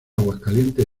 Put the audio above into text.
aguascalientes